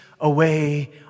away